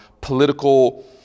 political